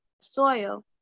soil